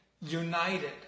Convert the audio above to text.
united